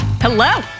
Hello